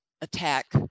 attack